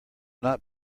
not